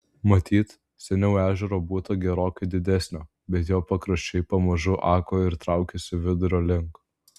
matyt seniau ežero būta gerokai didesnio bet jo pakraščiai pamažu ako ir traukėsi vidurio link